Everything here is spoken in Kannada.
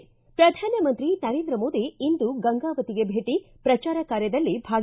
ಿ ಪ್ರಧಾನಮಂತ್ರಿ ನರೇಂದ್ರ ಮೋದಿ ಇಂದು ಗಂಗಾವತಿಗೆ ಭೇಟ ಪ್ರಚಾರ ಕಾರ್ಯದಲ್ಲಿ ಭಾಗಿ